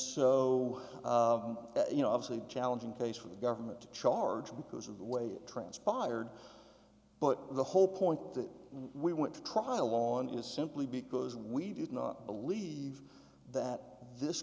so you know obviously a challenging case for the government to charge because of the way it transpired but the whole point that we went to trial on is simply because we did not believe that this